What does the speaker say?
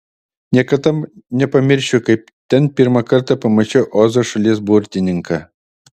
niekada nepamiršiu kaip ten pirmą kartą pamačiau ozo šalies burtininką